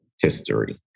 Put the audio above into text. history